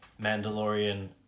mandalorian